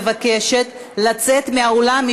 אני חוזרת ומבקשת לצאת מהאולם,